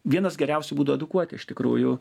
vienas geriausių būdų edukuoti iš tikrųjų